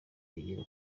yera